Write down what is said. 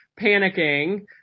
panicking